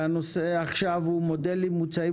הנושא שעל סדר היום מודלים מוצעים